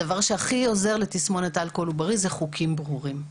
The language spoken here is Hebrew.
הדבר שהכי עוזר לתסמונת הזאת זה חוקים ברורים.